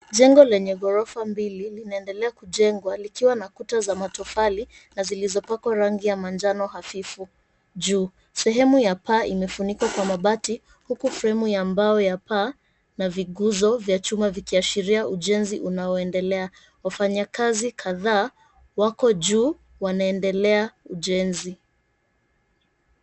Jengo lenye ghorofa mbili liliendelea kujengwa, likiwa na kutaza tofali na zilizopakwa rangi ya manjano hafifu. Juu, sehemu ya paa imefunikwa kwa mabati, huku fremu ya mbao ya paa na viguzo vya chuma vikiashiria ujenzi unaoendelea. Wafanyikazi kadhaa wako juu, wanaendelea ujenzi.